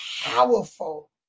powerful